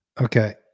Okay